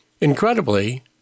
Incredibly